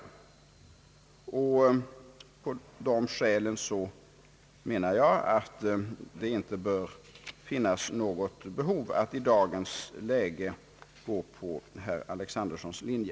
På dessa skäl anser jag att det inte bör finnas något behov att i dagens läge gå på herr Alexandersons linje.